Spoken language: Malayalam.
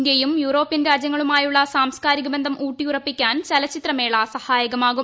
ഇന്ത്യയും യൂറോപ്യൻ രാജ്യങ്ങളുമായുള്ള സാംസ്കാരിക ബന്ധും ഊട്ടിയുറപ്പിക്കാൻ ചലച്ചിത്രമേള സഹായകമാകും